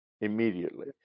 Immediately